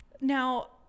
Now